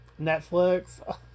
Netflix